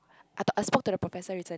I talk I spoke to the professor recently